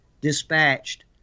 dispatched